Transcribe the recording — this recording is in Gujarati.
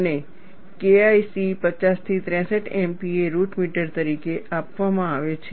અને KIC 50 થી 63 MPa રૂટ મીટર તરીકે આપવામાં આવે છે